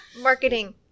Marketing